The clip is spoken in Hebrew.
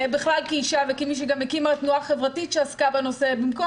בכלל כאישה וכמי שגם הקימה תנועה חברתית שעסקה בנושא במקום